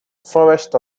forest